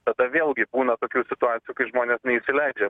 tada vėlgi būna tokių situacijų kai žmonės neįsileidžia